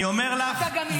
אני אומר לך -- אתה גם עילג.